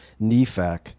NEFAC